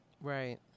Right